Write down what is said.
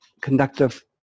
conductive